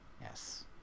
Yes